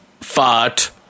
Fart